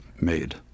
made